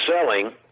selling